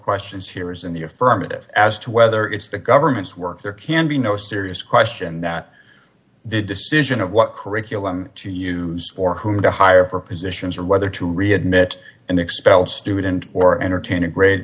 questions here is in the affirmative as to whether it's the government's work there can be no serious question that the decision of what curriculum to use or who to hire for positions or whether to readmit and expel a student or entertain a gr